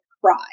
cry